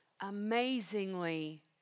amazingly